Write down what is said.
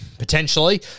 Potentially